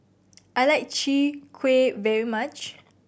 I like Chwee Kueh very much